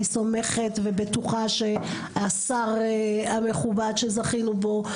אני סומכת ובטוחה שהשר המכובד שזכינו בו,